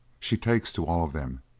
she takes to all of them,